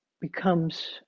becomes